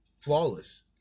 flawless